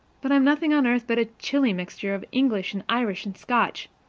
but i'm nothing on earth but a chilly mixture of english and irish and scotch.